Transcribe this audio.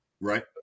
Right